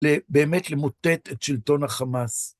באמת למוטט את שלטון החמאס.